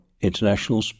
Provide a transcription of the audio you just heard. international